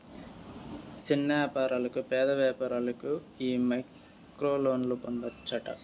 సిన్న యాపారులకు, పేద వ్యాపారులకు ఈ మైక్రోలోన్లు పొందచ్చట